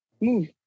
move